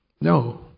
No